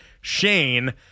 Shane